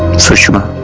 sushma